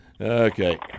Okay